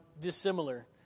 dissimilar